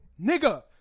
nigga